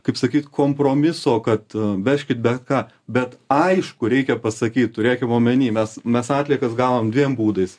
kaip sakyt kompromiso kad vežkit bet ką bet aišku reikia pasakyt turėkim omenyje mes mes atliekas gavom dviem būdais